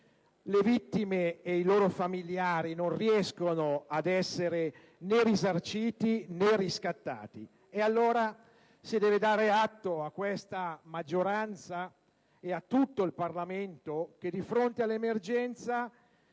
le vittime e i loro familiari non riescono ad essere né risarciti né riscattati. Si deve allora dare atto a questa maggioranza e a tutto il Parlamento che, di fronte all'emergenza,